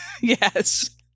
yes